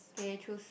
okay choose